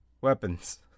weapons